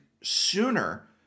sooner